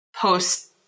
post